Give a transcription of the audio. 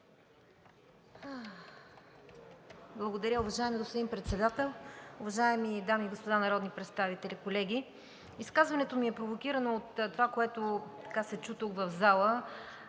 Благодаря, уважаеми господин Председател. Уважаеми дами и господа народни представители, изказването ми е провокирано от това, което се чу тук в залата,